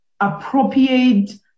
appropriate